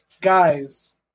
guys